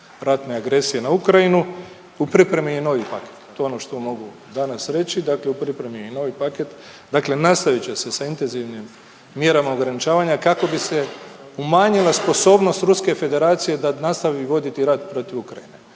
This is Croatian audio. ratne agresije na Ukrajinu. U pripremi je novi paket i to je ono što mogu danas reći, dakle u pripremi je novi paket, dakle nastavit će se sa intenzivnim mjerama ograničavanja kako bi se umanjila sposobnost Ruske Federacije da nastavi voditi rat protiv Ukrajine,